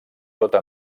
tota